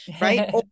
Right